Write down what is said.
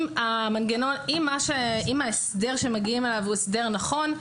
אם ההסדר שמגיעים אליו הוא הסדר נכון,